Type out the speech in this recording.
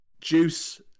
Juice